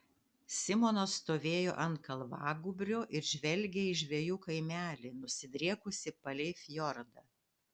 simonas stovėjo ant kalvagūbrio ir žvelgė į žvejų kaimelį nusidriekusį palei fjordą